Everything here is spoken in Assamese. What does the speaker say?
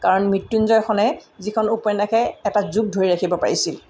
কাৰ মৃত্যুঞ্জয়খনে যিখন উপন্যাসে এটা যুগ ধৰি ৰাখিব পাৰিছিল